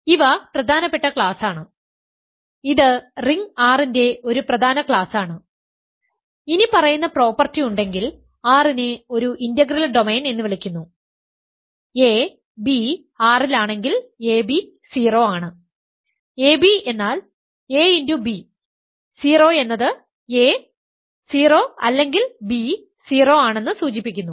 അതിനാൽ ഇവ പ്രധാനപ്പെട്ട ക്ലാസാണ് ഇത് റിംഗ് R ൻറെ ഒരു പ്രധാന ക്ലാസാണ് ഇനിപ്പറയുന്ന പ്രോപ്പർട്ടി ഉണ്ടെങ്കിൽ R നെ ഒരു ഇന്റഗ്രൽ ഡൊമെയ്ൻ എന്ന് വിളിക്കുന്നു a b R ൽ ആണെങ്കിൽ ab 0 ആണ് ab എന്നാൽ axb 0 എന്നത് a 0 അല്ലെങ്കിൽ b 0 ആണെന്ന് സൂചിപ്പിക്കുന്നു